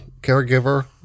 caregiver